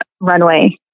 runway